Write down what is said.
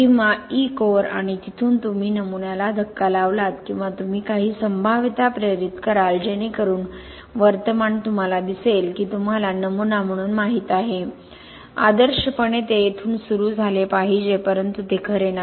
किंवा e core आणि तिथून तुम्ही नमुन्याला धक्का लावलात किंवा तुम्ही काही संभाव्यता प्रेरित कराल जेणेकरून वर्तमान तुम्हाला दिसेल की तुम्हाला नमुना म्हणून माहित आहे आदर्शपणे ते येथून सुरू झाले पाहिजे परंतु ते खरे नाही